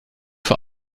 vor